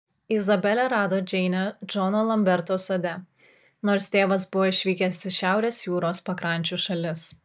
izabelė rado džeinę džono lamberto sode nors tėvas buvo išvykęs į šiaurės jūros pakrančių šalis